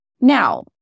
Now